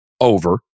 over